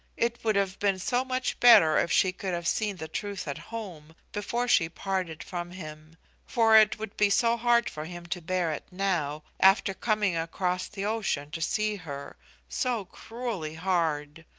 it would have been so much better if she could have seen the truth at home, before she parted from him for it would be so hard for him to bear it now, after coming across the ocean to see her so cruelly hard.